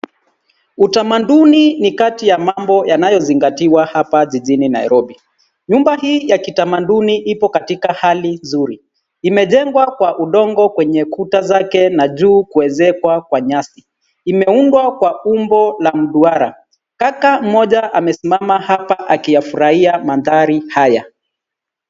Utamaduni ni kati ya mambo yanayozingatiwa hapa jijini Nairobi. Nyumba hii ya kitamaduni ipo katika hali nzuri. Imejengwa kwa udongo kwenye kuta zake na juu kuezekwa kwa nyasi. Imeumbwa kwa umbo la duara. Kaka mmoja amesimama hapa akiyafurahia mandhari haya.